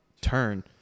turn